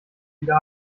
wieder